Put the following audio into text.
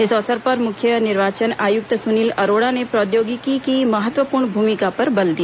इस अवसर पर मुख्य निर्वाचन आयुक्त सुनील अरोड़ा ने प्रौद्योगिकी की महत्वपूर्ण भूमिका पर बल दिया